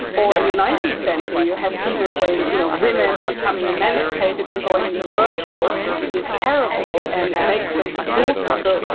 or, in the nineteenth century you had people saying you know women becoming emancipated and joining the workforce is terrible, and it makes them exhausted so,